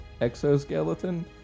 exoskeleton